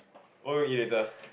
what do you to eat later